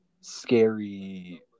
scary